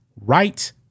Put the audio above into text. right